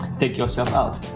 take yourself out